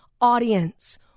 audience